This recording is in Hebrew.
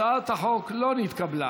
הצעת החוק לא נתקבלה.